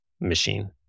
machine